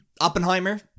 Oppenheimer